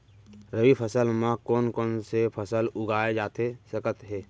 रबि फसल म कोन कोन से फसल उगाए जाथे सकत हे?